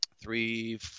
three